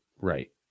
right